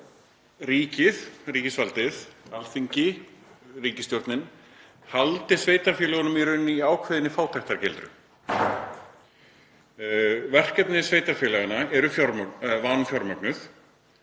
ríkið, ríkisvaldið, Alþingi, ríkisstjórnin, haldi sveitarfélögunum í raun í ákveðinni fátæktargildru. Verkefni sveitarfélaganna eru vanfjármögnuð